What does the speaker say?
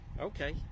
okay